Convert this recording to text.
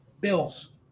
Bills